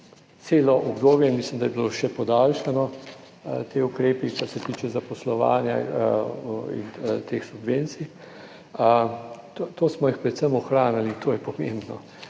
celo obdobje, mislim, da je bilo še podaljšano, ti ukrepi kar se tiče zaposlovanja in teh subvencij, to smo jih predvsem ohranjali in to je pomembno.